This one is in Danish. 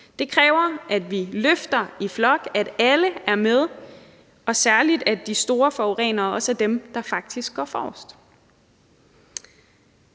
Det kræver, at vi løfter i flok, at alle er med, og særlig, at de store forurenere er dem, der faktisk går forrest.